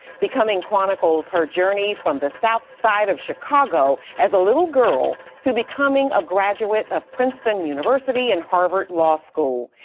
becoming chronicles her journey from the south side of chicago as a little girl to becoming a graduate of princeton university and harvard law school.